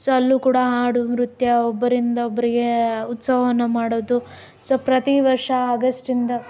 so ಅಲ್ಲೂ ಕೂಡ ಹಾಡು ನೃತ್ಯ ಒಬ್ಬರಿಂದ ಒಬ್ಬರಿಗೆ ಉತ್ಸವವನ್ನು ಮಾಡೋದು ಸೊ ಪ್ರತಿ ವರ್ಷ ಆಗಸ್ಟಿಂದ